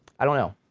i don't know,